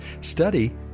Study